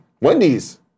Wendy's